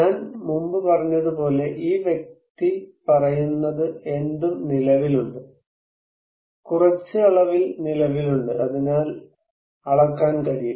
ഞാൻ മുമ്പ് പറഞ്ഞതുപോലെ ഈ വ്യക്തി പറയുന്നത് എന്തും നിലവിലുണ്ട് കുറച്ച് അളവിൽ നിലവിലുണ്ട് അതിനാൽ അളക്കാൻ കഴിയും